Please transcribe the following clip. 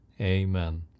Amen